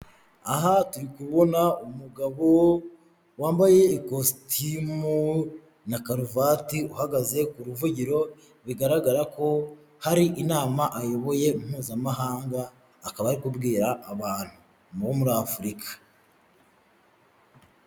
Aha turi kubona umugabo wambaye ikositimu na karuvati uhagaze ku ruvugiro, bigaragara ko hari inama ayoboye mpuzamahanga akaba ari kubwira abantu bo muri Afurika.